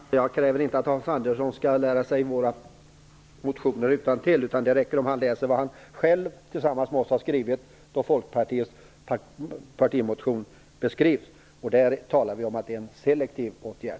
Herr talman! Jag kräver inte att Hans Andersson skall lära sig våra motioner utantill. Det räcker om han läser vad han själv har skrivit tillsammans med oss när Folkpartiets partimotion beskrivs. Det talas då om att det är en selektiv åtgärd.